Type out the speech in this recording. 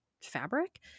fabric